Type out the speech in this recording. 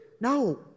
No